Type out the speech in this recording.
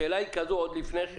השאלה היא עוד לפני כן: